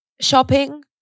shopping